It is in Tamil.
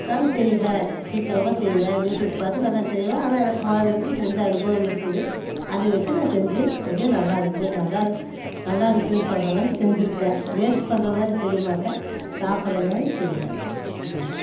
நானும் செய்வேன் சீக்கிரமாக செய்வேன் யூடியூப் பார்த்து நல்லா செய்வேன் ஆனால் எனக்கு முதல்லருந்து செஞ்ச அனுபவம் இருக்குது அதை வச்சு நான் செஞ்சு எப்படியோ நல்லா இருக்குது நல்லா நல்லா இருக்குதுன்னு சொல்கிற அளவுக்கு செஞ்சுருக்கேன் வேஸ்ட் பண்ணுற மாதிரி செய்யமாட்டேன் சாப்பிட்ற மாதிரி செய்வேன்